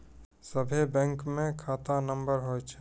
सभे बैंकमे खाता नम्बर हुवै छै